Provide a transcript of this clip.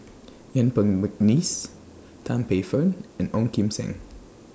Yuen Peng Mcneice Tan Paey Fern and Ong Kim Seng